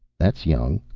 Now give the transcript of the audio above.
that young?